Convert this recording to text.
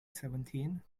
seventeen